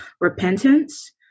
repentance